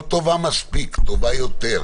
לא טובה מספיק, טובה יותר.